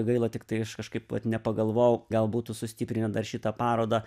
gaila tik tai aš kažkaip va nepagalvojau gal būtų sustiprinę dar šitą parodą